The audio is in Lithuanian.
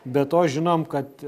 be to žinom kad